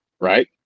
Right